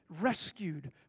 rescued